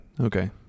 Okay